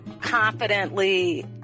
confidently